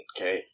Okay